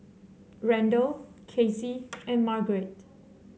Randall Casey and Margaret